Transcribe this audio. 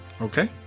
Okay